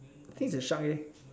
I think is a shark